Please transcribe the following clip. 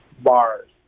bars